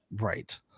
Right